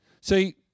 See